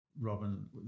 Robin